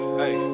hey